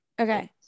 Okay